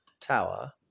tower